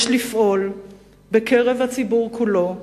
יש לפעול בקרב הציבור כולו,